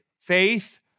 Faith